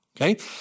okay